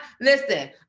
Listen